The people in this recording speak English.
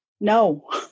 No